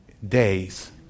Days